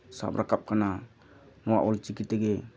ᱥᱟᱵ ᱨᱟᱠᱟᱵ ᱠᱟᱱᱟ ᱱᱚᱣᱟ ᱚᱞᱪᱤᱠᱤ ᱛᱮᱜᱮ